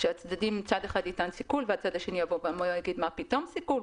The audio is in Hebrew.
שלצדדים מצד אחד ניתן סיכול והצד השני יגיד: מה פתאום סיכול?